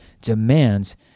demands